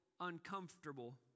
Uncomfortable